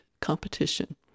competition